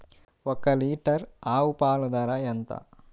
ఒక్క లీటర్ ఆవు పాల ధర ఎంత?